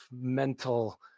mental